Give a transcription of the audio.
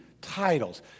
titles